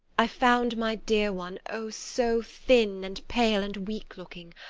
i found my dear one, oh, so thin and pale and weak-looking.